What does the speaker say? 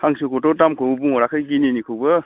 हांसोखौथ' दामखौबो बुंहराखै गिनिनिखौबो